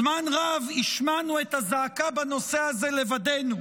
זמן רב השמענו את הזעקה בנושא הזה לבדנו.